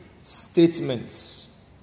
statements